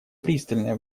пристальное